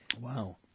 Wow